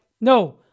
no